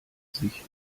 sich